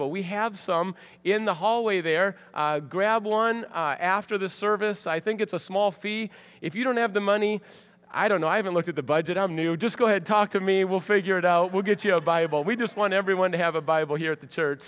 bible we have some in the hallway there grab one after the service i think it's a small fee if you don't have the money i don't know i haven't looked at the budget i'm new just go ahead talk to me we'll figure it out we'll get you a bible we just want everyone to have a bible here at the church